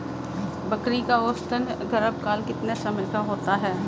बकरी का औसतन गर्भकाल कितने समय का होता है?